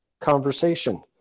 conversation